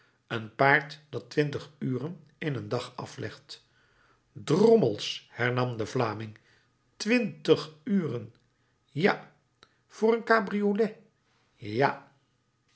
een paard dat twintig uren in een dag aflegt drommels hernam de vlaming twintig uren ja voor een cabriolet ja